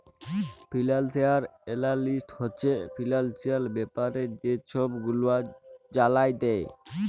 financial analyst হছে financial ব্যাপারে যে ছব গুলা জালায় দেই